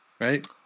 Right